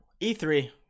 e3